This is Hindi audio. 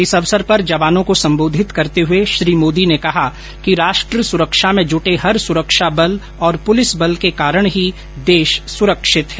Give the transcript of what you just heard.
इस अवसर पर जवानों को सम्बोधित करते हुए श्री मोदी ने कहा कि राष्ट्र सुरक्षा में जूटे हर सुरक्षा बल और पुलिस बल के कारण ही देश सुरक्षित है